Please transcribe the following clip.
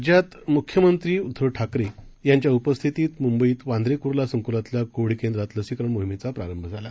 राज्यात मुख्यमंत्री उद्दव ठाकरे यांच्या उपस्थितीत मुंबईत वांद्रे कुर्ला संकुलातल्या कोविड केंद्रात लसीकरण मोहिमेचा प्रारंभ झाला